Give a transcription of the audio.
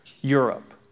Europe